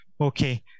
Okay